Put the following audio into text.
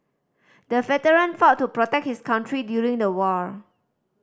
the veteran fought to protect his country during the war